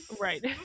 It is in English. Right